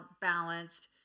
balanced